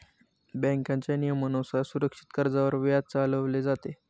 बँकेच्या नियमानुसार सुरक्षित कर्जावर व्याज चालवले जाते